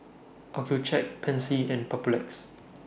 Accucheck Pansy and Papulex